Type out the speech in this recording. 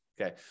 Okay